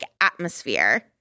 atmosphere